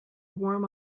warm